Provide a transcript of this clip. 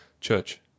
Church